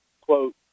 quote